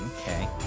Okay